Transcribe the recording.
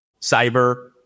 cyber